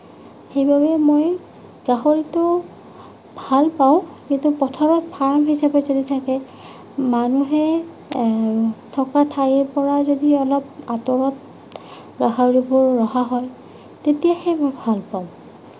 সেইবাবে মই গাহৰিটো ভাল পাওঁ কিন্তু পথাৰত ফাৰ্ম হিচাপে যদি থাকে মানুহে থকা ঠাইৰ পৰা যদি অলপ আঁতৰত গাহৰিবোৰ ৰখা হয় তেতিয়াহে সেইবোৰ ভাল পাওঁ